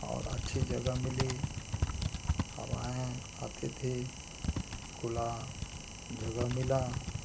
और अच्छी जगह मिली हवाएँ आती थीं खुला जगह मिला पर्याप्त